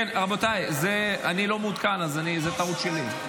רבותיי, אני לא מעודכן, אז זו טעות שלי.